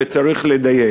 וצריך לדייק.